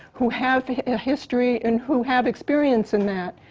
who have a history and who have experience in that.